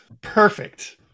Perfect